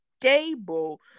stable